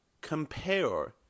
compare